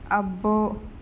అబ్బో